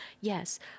yes